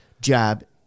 jab